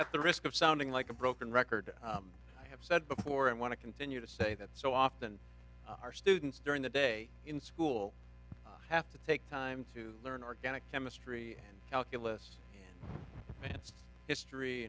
at the risk of sounding like a broken record i have said before and want to continue to say that so often our students during the day in school have to take time to learn organic chemistry calculus and its history